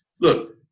Look